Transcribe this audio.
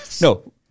No